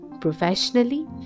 professionally